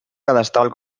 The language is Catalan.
cadastral